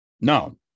No